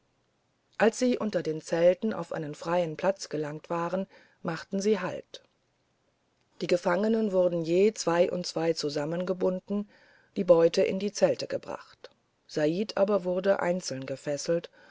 als sie unter den zelten auf einem freien platz angelangt waren machten sie halt die gefangenen wurden je zwei und zwei zusammengebunden die beute in die zelten gebracht said aber wurde einzeln gefesselt